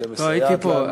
שמסייעת לנו.